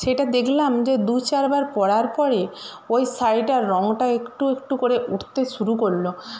সেটা দেখলাম যে দু চারবার পরার পরে ওই শড়িটার রঙটা একটু একটু করে উঠতে শুরু করলো